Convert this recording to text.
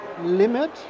limit